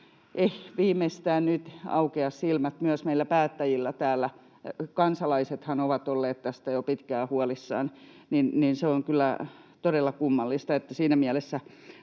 viimeistään nyt aukea silmät myös meillä päättäjillä täällä — kansalaisethan ovat olleet tästä jo pitkään huolissaan — niin se on kyllä todella kummallista. Siinä mielessä